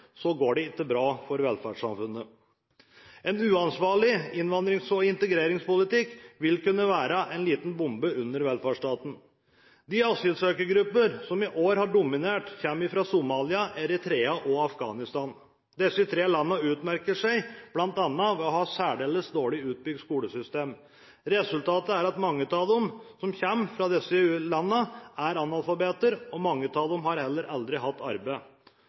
går det ikke bra for velferdssamfunnet. En uansvarlig innvandrings- og integreringspolitikk vil kunne være en liten bombe under velferdsstaten. De asylsøkergrupper som i år har dominert, kommer fra Somalia, Eritrea og Afghanistan. Disse tre landene utmerker seg ved bl.a. å ha særdeles dårlig utbygd skolesystem. Resultatet er at mange av dem som kommer fra disse landene, er analfabeter, og mange av dem har heller aldri hatt arbeid.